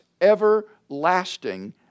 everlasting